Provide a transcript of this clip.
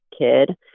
kid